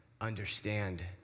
understand